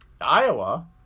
Iowa